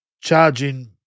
charging